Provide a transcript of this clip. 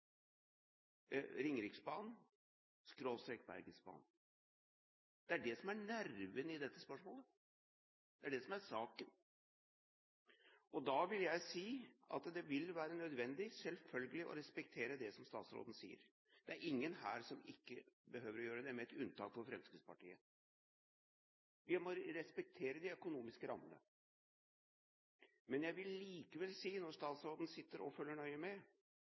Ringeriksbanen. Det er det som er det politiske vedtaket. Og da er vi nødt til å stille oss spørsmålet: Hvordan skal vi da klare å realisere Ringeriksbanen/Bergensbanen? Det er det som er nerven i dette spørsmålet, det er det som er saken, og da vil jeg si at det selvfølgelig vil være nødvendig å respektere det som statsråden sier. Det er ingen her som ikke behøver å gjøre det, med unntak av Fremskrittspartiet. Vi må respektere de økonomiske